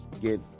get